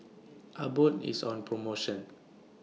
Abbott IS on promotion